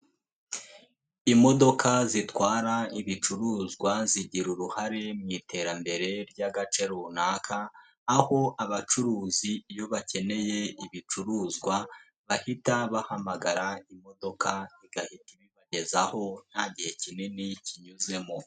Imodoka zitwara ibicuruzwa, zigira uruhare mu iterambere ry'agace runaka aho abacuruzi iyo bakeneye ibicuruzwa bahita bahamagara imodoka igahita ibibagezaho nta gihe kinini kinyuzemo.